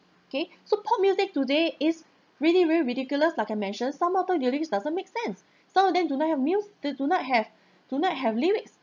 okay so pop music today is really very ridiculous like I mention some of them really doesn't make sense some of them do not have muse~ they do not have do not have lyrics